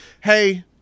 hey